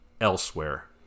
elsewhere